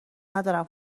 ندارم